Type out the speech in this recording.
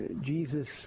Jesus